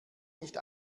nicht